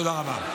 תודה רבה.